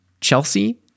Chelsea